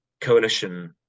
coalition